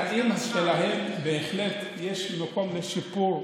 בתנאים שלהם בהחלט יש מקום לשיפור,